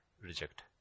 reject